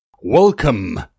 Welcome